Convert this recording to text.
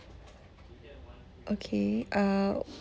okay uh